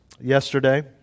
yesterday